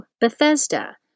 Bethesda